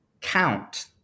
count